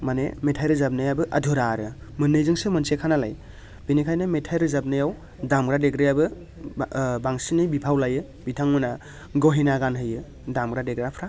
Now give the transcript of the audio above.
माने मेथाइ रोजाबनायाबो आधुरा आरो मोननैजोंसो मोनसेखानालाय बिनिखायनो मेथाइ रोजाबनायाव दामग्रा देग्रायाबो ओ बांसिनै बिफाव लायो बिथांमोनहा गहेना गानहोयो दामग्रा देग्राफ्रा